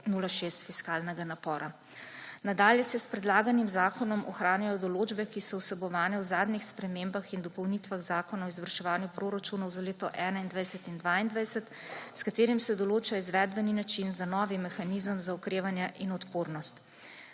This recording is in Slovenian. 0,6 fiskalnega napora. Nadalje se s predlaganim zakonom ohranjajo določbe, ki so vsebovane v zadnjih spremembah in dopolnitvah zakona o izvrševanju proračunov za leti 2021 in 2022, s katerim se določa izvedbeni način za novi mehanizem za okrevanje in odpornost.